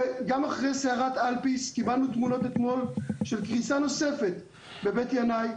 וגם אחרי סערת ארפיס קיבלנו תמונות אתמול של קריסה נוספת בבית ינאי.